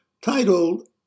titled